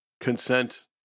consent